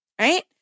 right